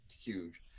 huge